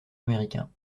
américain